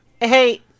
Hey